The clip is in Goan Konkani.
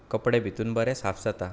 कपडे भितुन बरें साफ जाता